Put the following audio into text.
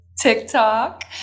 TikTok